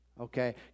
okay